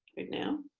right now?